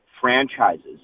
franchises